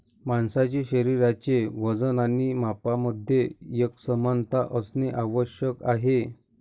माणसाचे शरीराचे वजन आणि मापांमध्ये एकसमानता असणे आवश्यक आहे